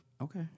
Okay